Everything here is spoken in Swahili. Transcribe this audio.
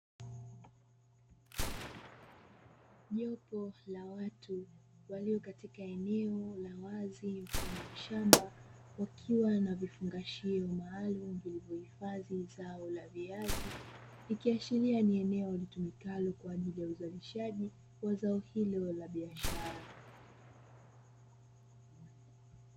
Jopo la watu walio katika eneo la wazi mfano wa shamba wakiwa na vifungashio maalumu, vilivyohifadhi zao aina la viazi ikiashiria kuwa ni eneo litulikana kwa ajili ya uzalishaji wa zao hilo la biashara.